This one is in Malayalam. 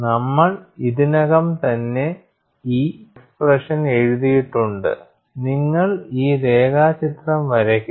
നമ്മൾ ഇതിനകം തന്നെ ഈ എക്സ്പ്രെഷൻ എഴുതിയിട്ടുണ്ട് നിങ്ങൾ ഈ രേഖാചിത്രം വരയ്ക്കുക